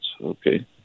Okay